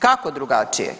Kako drugačije?